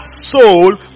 soul